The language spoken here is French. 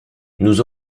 nous